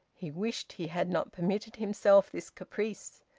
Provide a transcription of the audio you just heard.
he wished he had not permitted himself this caprice.